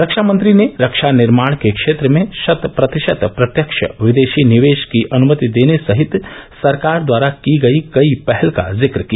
रक्षा मंत्री ने रक्षा निर्माण के क्षेत्र में शत प्रतिशत प्रत्यक्ष विदेशी निवेश की अनुमति देने सहित सरकार द्वारा की गई कई पहल का जिक्र किया